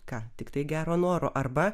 ką tiktai gero noro arba